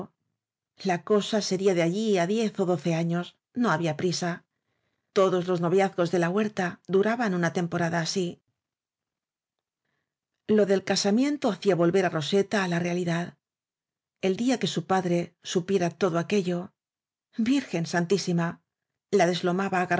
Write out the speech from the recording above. la cosa sería de allí á diez ó doce años no había prisa todos los noviazgos de la huerta duraban una temporada asi lo del casamiento hacía volver á roseta á la realidad el día que su padre supiera todo aquello virgen santísima la deslomaba